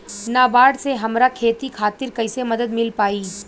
नाबार्ड से हमरा खेती खातिर कैसे मदद मिल पायी?